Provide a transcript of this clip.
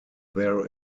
there